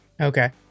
okay